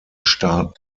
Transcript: staaten